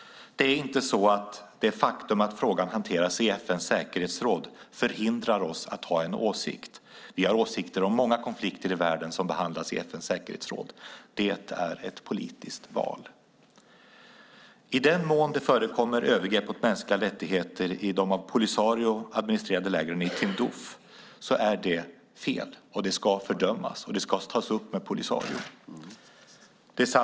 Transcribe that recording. Det är inte så att det faktum att frågan hanteras i FN:s säkerhetsråd förhindrar att vi har en åsikt. Vi har åsikter om många konflikter i världen som behandlas i FN:s säkerhetsråd. Det är ett politiskt val. I den mån det förekommer övergrepp mot mänskliga rättigheter i de av Polisario administrerade lägren i Tindouf är det fel. Det ska fördömas och tas upp med Polisario.